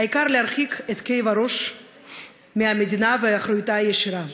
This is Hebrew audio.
העיקר להרחיק את כאב הראש מהמדינה ומאחריותה הישירה.